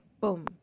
boom